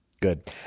Good